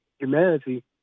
humanity